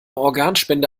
organspende